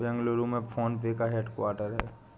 बेंगलुरु में PhonePe का headquarter हैं